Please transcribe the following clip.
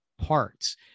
parts